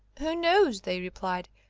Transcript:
who knows, they replied,